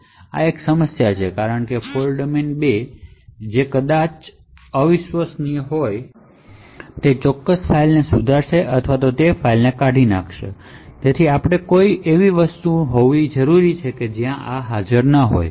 અને આ એક સમસ્યા છે કારણ કે ફોલ્ટ ડોમેન 2 જે કદાચ અવિશ્વસનીય છે તે ફાઇલને સુધારશે અથવા તે ફાઇલને કાઢી નાખશે અને આપણે એવું કઇંક જોઇયે જ્યાં આવી વસ્તુ હાજર ન હોય